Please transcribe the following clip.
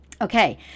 Okay